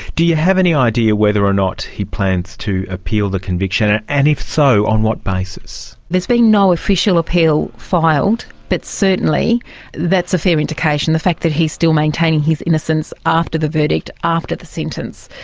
do you have any idea whether or not he plans to appeal the conviction, ah and if so, on what basis? there's been no official appeal filed, but certainly that's a fair indication, the fact that he is still maintaining his innocence after the verdict, after the sentence.